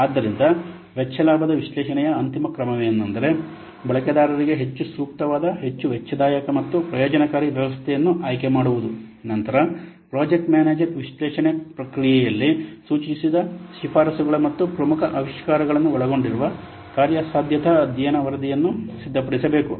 ಆದ್ದರಿಂದ ವೆಚ್ಚ ಲಾಭದ ವಿಶ್ಲೇಷಣೆಯ ಅಂತಿಮ ಕ್ರಮವೆಂದರೆ ಬಳಕೆದಾರರಿಗೆ ಹೆಚ್ಚು ಸೂಕ್ತವಾದ ಹೆಚ್ಚು ವೆಚ್ಚದಾಯಕ ಮತ್ತು ಪ್ರಯೋಜನಕಾರಿ ವ್ಯವಸ್ಥೆಯನ್ನು ಆಯ್ಕೆ ಮಾಡುವುದು ನಂತರ ಪ್ರಾಜೆಕ್ಟ್ ಮ್ಯಾನೇಜರ್ ವಿಶ್ಲೇಷಣೆ ಪ್ರಕ್ರಿಯೆಯಲ್ಲಿ ಸೂಚಿಸಿದ ಶಿಫಾರಸುಗಳ ಮತ್ತು ಪ್ರಮುಖ ಆವಿಷ್ಕಾರಗಳನ್ನು ಒಳಗೊಂಡಿರುವ ಕಾರ್ಯಸಾಧ್ಯತಾ ಅಧ್ಯಯನ ವರದಿಯನ್ನು ಸಿದ್ಧಪಡಿಸಬೇಕು